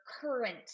current